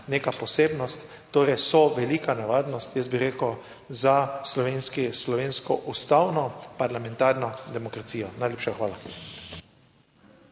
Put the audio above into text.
neka posebnost, torej so velika nevarnost. jaz bi rekel za slovenski, slovensko ustavno parlamentarno demokracijo. Najlepša hvala.